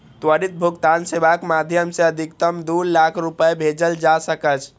त्वरित भुगतान सेवाक माध्यम सं अधिकतम दू लाख रुपैया भेजल जा सकैए